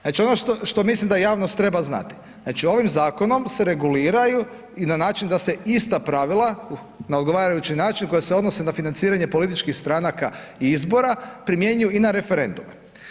Znači, ono što mislim da javnost treba znati, znači, ovim zakonom se reguliraju i na način da se ista pravila na odgovarajući način koja se odnose na financiranje političkih stranaka izbora, primjenjuju i na referendume.